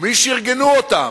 ומי שארגנו אותם,